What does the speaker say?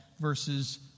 verses